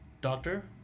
doctor